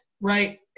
right